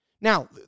Now